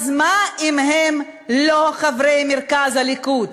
אז מה אם הם לא חברי מרכז הליכוד?